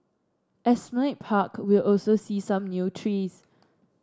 Esplanade Park will also see some new trees